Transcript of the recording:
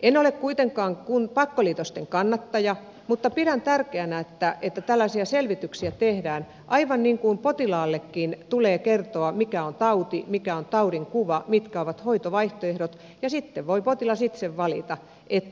en ole kuitenkaan pakkoliitosten kannattaja mutta pidän tärkeänä että tällaisia selvityksiä tehdään aivan niin kuin potilaallekin tulee kertoa mikä on tauti mikä on taudinkuva mitkä ovat hoitovaihtoehdot ja sitten voi potilas itse valita